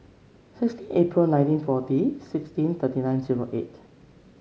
sixteen April nineteen forty sixteen thirty nine zero eight